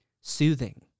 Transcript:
soothing